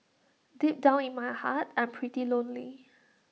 deep down in my heart I'm pretty lonely